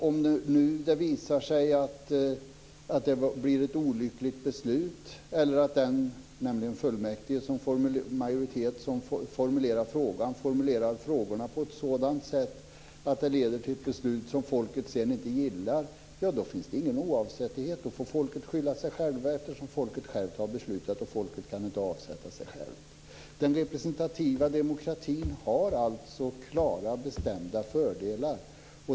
Om det visar sig att det blir ett olyckligt beslut eller att den majoritet som formar fullmäktige formulerar frågorna på ett sådant sätt att det leder till ett beslut som folket inte gillar, finns det ingen oavsättlighet. Då får folket skylla sig självt eftersom folket självt har fattat beslutet och folket inte kan avsätta sig självt. Den representativa demokratin har alltså klara bestämda fördelar.